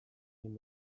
egin